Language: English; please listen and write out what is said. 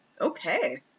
Okay